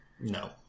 No